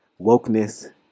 wokeness